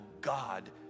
god